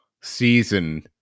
season